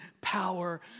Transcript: power